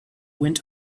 went